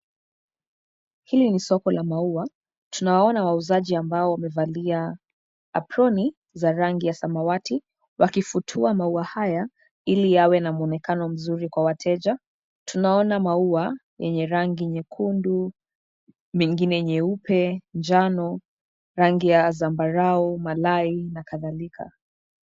Hili ni soko la maua, tunawaona wauzaji ambao wamevalia, aproni, za rangi ya samawati, wakifutua maua haya, ili yawe na mwonekano mzuri kwa wateja, tunaona maua, yenye rangi nyekundu, mengine nyeupe, njano, rangi ya zambarau, malai na kadhalika.